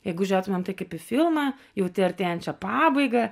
jeigu žiūrėtumėm tai kaip į filmą jauti artėjančią pabaigą